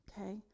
okay